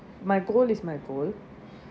my goal is my goal